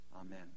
Amen